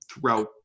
throughout